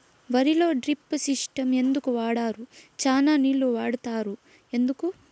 వరిలో drip system ఎందుకు వాడరు? చానా నీళ్లు వాడుతారు ఎందుకు?